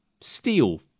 Steel